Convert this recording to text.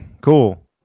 cool